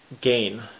gain